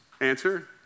Answer